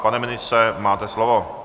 Pane ministře, máte slovo.